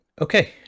okay